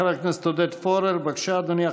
חבר הכנסת עודד פורר, בבקשה, אדוני.